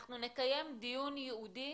אנחנו נקיים דיון ייעודי